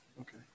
Okay